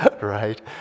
right